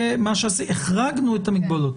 החרגנו את המגבלות,